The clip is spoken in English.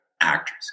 actors